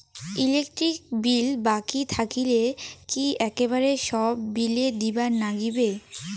Electric bill বাকি থাকিলে কি একেবারে সব বিলে দিবার নাগিবে?